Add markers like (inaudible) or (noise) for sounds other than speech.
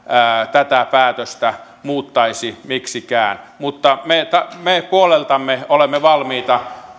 tätä päätöstä muuttaisi miksikään mutta me puoleltamme olemme valmiita (unintelligible)